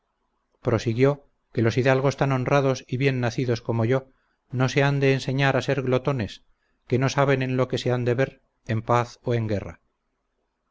prosiguió que los hidalgos tan honrados y bien nacidos como yo no se han de enseñar a ser glotones que no saben en lo que se han de ver en paz o en guerra